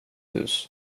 hus